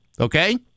okay